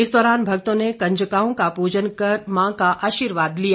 इस दौरान भक्तों ने कंजकाओं का पूजन कर मां का आर्शीवाद लिया